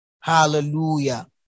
Hallelujah